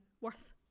worth